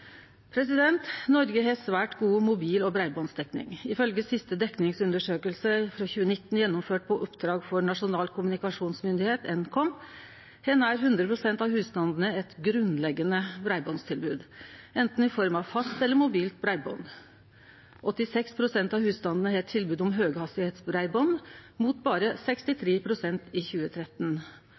Noreg har svært god mobil- og breibandsdekning. Ifølgje den siste dekningsundersøkinga frå 2019 gjennomført på oppdrag av Nasjonal kommunikasjonsmyndigheit, Nkom, har nær 100 pst. av husstandane eit grunnleggjande breibandstilbod i form av enten fast eller mobilt breiband. 86 pst. av husstandane har tilbod om høghastigheitsbreiband, mot berre 63 pst. i 2013.